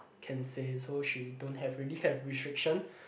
can say so she don't have really have restriction